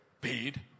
paid